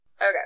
Okay